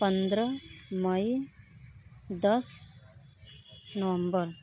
पन्द्रह मई दस नवंबर